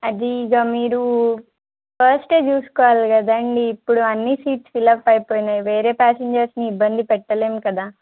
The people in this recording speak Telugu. అది ఇక మీరు ఫస్టే చూసుకోవాలి కదండీ ఇప్పుడు అన్నీ సీట్స్ ఫిల్ప్ అయిపోయాయి వేరే ప్యాసేంజర్స్ని ఇబ్బంది పెట్టలేం కదా